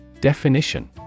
Definition